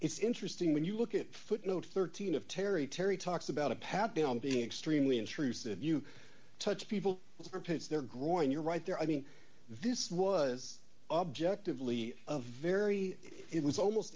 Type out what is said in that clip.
it's interesting when you look at footnote thirteen of terry terry talks about a pat down being extremely intrusive you touch people who are pits they're growing you're right there i mean this was objectively a very it was almost